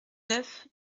neuf